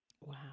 Wow